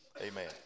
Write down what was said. amen